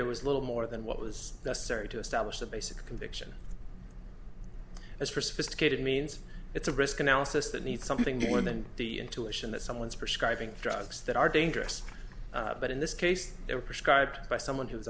there was little more than what was necessary to establish the basic conviction as for sophisticated means it's a risk analysis that needs something to women the intuition that someone's prescribing drugs that are dangerous but in this case they were prescribed by someone who was